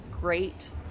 great